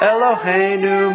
Eloheinu